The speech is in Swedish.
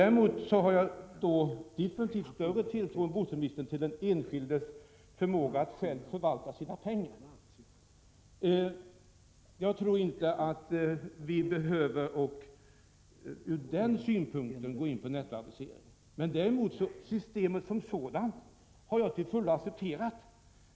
Och jag hår definitivt större tilltro än bostadsministern till den enskildes förmåga att själv förvalta sina pengar. Jag tror inte att vi från den utgångspunkten behöver gå in på nettoaviseringen. Systemet som sådant har jag till fullo accepterat.